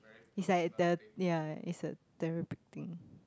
is like the ya a therapeutic thing